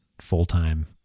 full-time